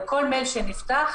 וכל מייל שנפתח,